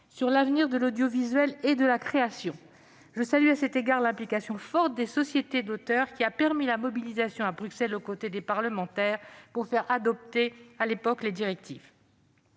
sur l'avenir de l'audiovisuel et de la création. Je salue à cet égard l'implication forte des sociétés d'auteurs, qui a permis la mobilisation organisée à Bruxelles aux côtés des parlementaires pour faire adopter ces directives.